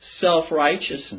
self-righteousness